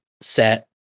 set